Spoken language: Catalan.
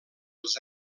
els